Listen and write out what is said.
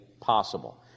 possible